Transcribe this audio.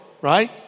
Right